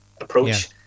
approach